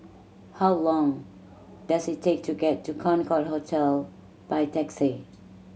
how long does it take to get to Concorde Hotel by taxi